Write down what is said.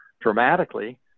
dramatically